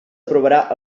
aprovarà